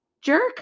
Jerk